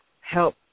help